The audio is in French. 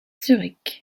zurich